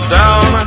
down